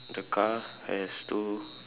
the car has two